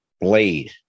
Blade